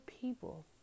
people